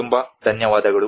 ತುಂಬ ಧನ್ಯವಾದಗಳು